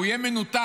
הוא יהיה מנותק.